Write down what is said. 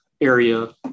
area